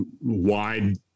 wide